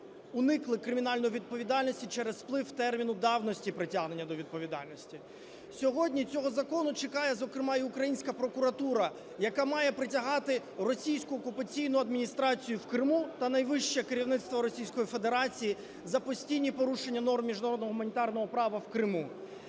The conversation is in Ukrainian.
уникли кримінальної відповідальності через сплив терміну давності притягнення до відповідальності. Сьогодні цього закону чекає, зокрема, і українська прокуратура, яка має притягати російську окупаційну адміністрацію в Криму та найвище керівництво Російської Федерації за постійні порушення норм міжнародного гуманітарного права в Криму,